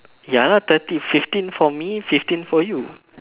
ya thirty fifteen for me fifteen for you